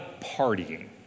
partying